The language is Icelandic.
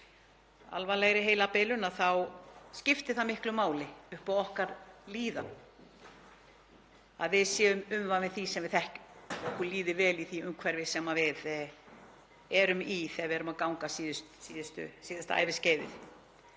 alvarlegri heilabilun — þá skiptir miklu máli upp á okkar líðan að við séum umvafin því sem við þekkjum og að okkur líði vel í því umhverfi sem við erum í þegar við göngum síðasta æviskeiðið.